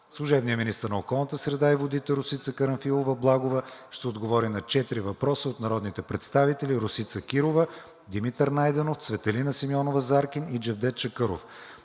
служебният министър на околната среда и водите Росица Карамфилова-Благова ще отговори на четири въпроса от народните представители Росица Кирова, Димитър Найденов, Цветелина Симеонова-Заркин и Джевдет Чакъров.